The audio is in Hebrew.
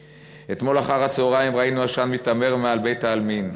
"אתמול אחר-הצהריים ראינו עשן מיתמר מעל בית-העלמין.